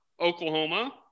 Oklahoma